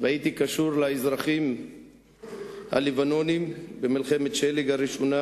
והייתי קשור לאזרחים הלבנונים במלחמת של"ג הראשונה.